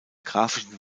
graphischen